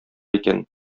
икән